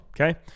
Okay